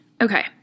Okay